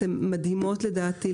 אתן מדהימות לדעתי.